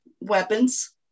weapons